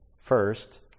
first